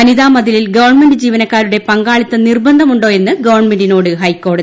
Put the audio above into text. വനിതാ മതിലിൽ ഗവൺമെന്റ് ജീവനക്കാരുടെ പങ്കാളിത്തം നിർബസ്സ്മുണ്ടോ എന്ന് ഗവൺമെന്റിനോട് ഫ്ലൈക്കോടതി